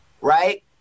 right